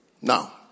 Now